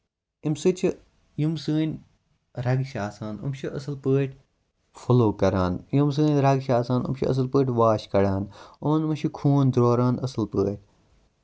اَمہِ سۭتۍ چھُ یِم سٲنۍ رَگہٕ چھِ آسان یِم چھِ اَصٕل پٲٹھۍ فٔلو کران یِم سٲنۍ رَگہٕ چھِ آسان یِم چھِ اَصٕل پٲٹھۍ واش کَڑان یِمن منٛز چھُ خوٗن دوران اَصٕل پٲٹھۍ